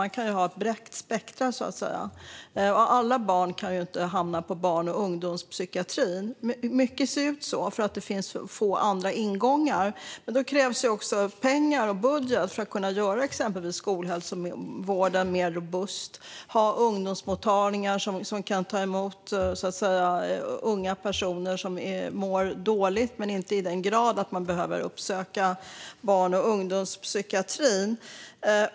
Man kan ha ett brett spektrum, och alla barn kan ju inte hamna hos barn och ungdomspsykiatrin. Mycket ser det ut så för att det finns för få andra ingångar. Men det krävs pengar och budget för att kunna göra exempelvis skolhälsovården mer robust och ha ungdomsmottagningar som kan ta emot unga personer som mår dåligt men inte till den grad att de behöver uppsöka barn och ungdomspsykiatrin.